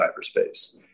cyberspace